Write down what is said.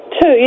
two